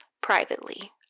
privately